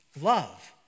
Love